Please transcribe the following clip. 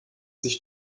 sich